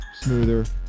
smoother